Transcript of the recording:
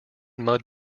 mud